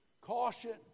caution